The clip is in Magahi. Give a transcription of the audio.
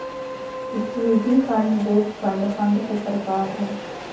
equity fund, debt fund fund के प्रकार हय